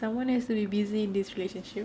someone is really busy in this relationship